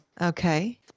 Okay